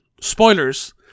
spoilers